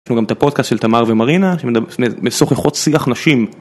גם את הפודקאסט של תמר ומרינה בשוחחות שיח נשים.